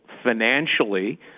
financially